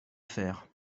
faire